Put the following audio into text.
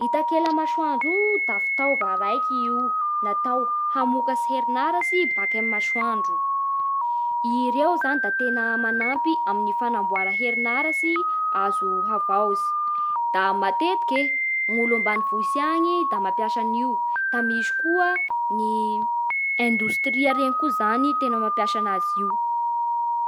I takela-masoandro io da fitaova raiky io hamokatsy herin'aratsy baka amin'ny masoandro. Ireo zagny da tena manampy amin'ny fanamboara herinarasy azo havaozy. Da matetiky e ny olo ambanivohitsy any da mampiasa an'io, da misy koa ny indostria reny koa zany tena mampiasa anazy io